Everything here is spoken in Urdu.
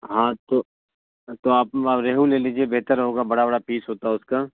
ہاں تو تو آپ ریہو لے لیجیے بہتر ہوگا بڑا بڑا پیس ہوتا اس کا